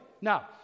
Now